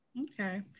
okay